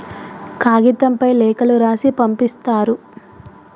కాగితంపై లేఖలు రాసి పంపిస్తారు